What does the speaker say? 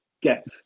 get